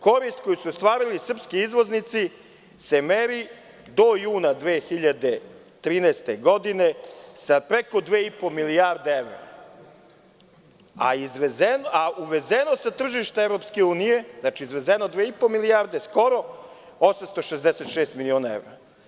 Korist koju su ostvarili srpski izvoznici se meri do juna 2013. godine sa preko 2,5 milijardi evra, a uvezeno sa tržišta EU je skoro 866 miliona evra.